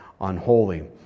unholy